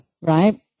Right